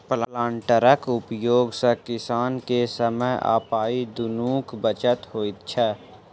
प्लांटरक उपयोग सॅ किसान के समय आ पाइ दुनूक बचत होइत छै